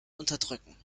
unterdrücken